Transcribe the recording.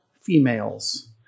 females